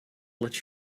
let